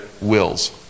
wills